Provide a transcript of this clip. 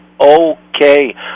okay